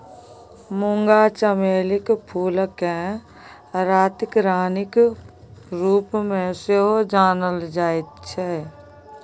मूंगा चमेलीक फूलकेँ रातिक रानीक रूपमे सेहो जानल जाइत छै